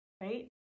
Right